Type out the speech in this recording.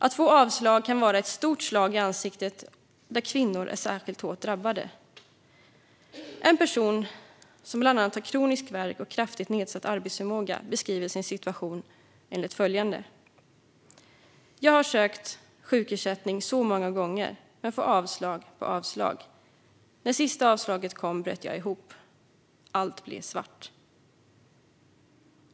Att få avslag kan vara ett stort slag i ansiktet, där kvinnor är särskilt hårt drabbade. En person som bland annat har kronisk värk och kraftigt nedsatt arbetsförmåga beskriver sin situation enligt följande: Jag har sökt sjukersättning så många gånger men har fått avslag på avslag. När det sista avslaget kom bröt jag ihop. Allt blev svart.